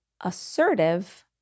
assertive